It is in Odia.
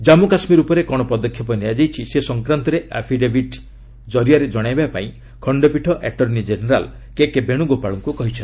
କମ୍ମୁ କାଶ୍ମୀର ଉପରେ କ'ଣ ପଦକ୍ଷେପ ନିଆଯାଇଛି ସେ ସଂକ୍ରାନ୍ତରେ ଆଫିଡେଭିଟ୍ ମାଧ୍ୟମରେ ଜଣାଇବାକୁ ଖଣ୍ଡପୀଠ ଆଟର୍ଶ୍ଣି ଜେନେରାଲ୍ କେ କେ ବେଣ୍ରଗୋପାଳଙ୍କ କହିଛନ୍ତି